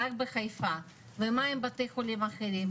רק בחיפה ומה עם בתי חולים אחרים?